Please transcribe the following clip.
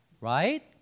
right